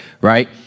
right